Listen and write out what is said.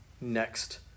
next